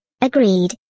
Agreed